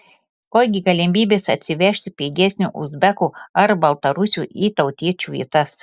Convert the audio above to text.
ogi galimybės atsivežti pigesnių uzbekų ar baltarusių į tautiečių vietas